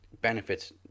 benefits